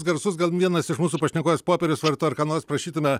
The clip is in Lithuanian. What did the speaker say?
garsus gal vienas iš mūsų pašnekovas popierius varto ar ką nors prašytume